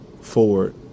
forward